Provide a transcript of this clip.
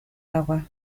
agua